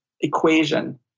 equation